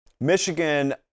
Michigan